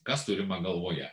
kas turima galvoje